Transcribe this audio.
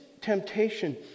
temptation